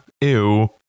Ew